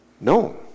No